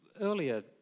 earlier